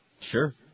Sure